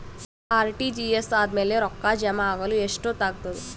RTGS ಆದ್ಮೇಲೆ ರೊಕ್ಕ ಜಮಾ ಆಗಲು ಎಷ್ಟೊತ್ ಆಗತದ?